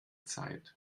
zeit